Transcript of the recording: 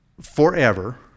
forever